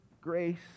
grace